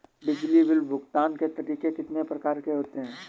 बिजली बिल भुगतान के तरीके कितनी प्रकार के होते हैं?